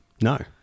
No